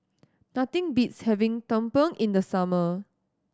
nothing beats having tumpeng in the summer